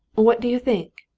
what do you think?